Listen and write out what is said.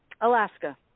Alaska